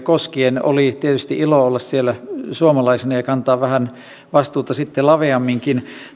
koskien oli tietysti ilo olla siellä suomalaisena ja kantaa vähän vastuuta sitten laveamminkin